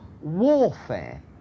warfare